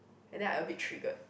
and then I a bit triggered